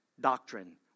doctrine